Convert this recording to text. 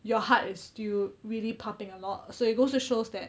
your heart is still really pumping a lot so it goes to shows that